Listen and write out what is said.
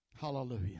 Hallelujah